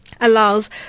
allows